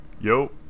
Yo